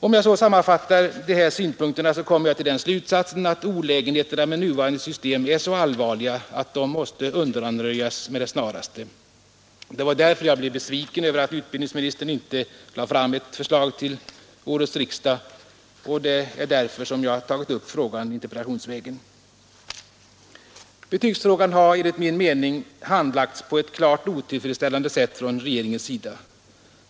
Om jag sammanfattar dessa synpunkter kommer jag till slutsatsen att olägenheterna med det nuvarande systemet är så allvarliga att de måste undanröjas med det snaraste. Det var därför jag blev besviken över att utbildningsministern inte lade fram ett förslag till årets riksdag, och det är därför som jag tagit upp frågan interpellationsvägen. Betygsfrågan har enligt min mening handlagts på ett klart otillfredsställande sätt från regeringens sida.